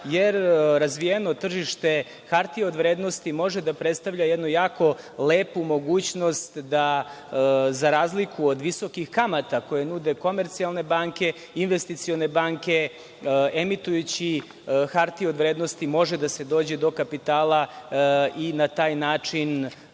Razvijeno tržište hartija od vrednosti može da predstavlja jednu jako lepu mogućnost da, za razliku od visokih kamata koje nude komercijalne banke, investicione banke emitujući hartije od vrednosti može da se dođe do kapitala. Na taj način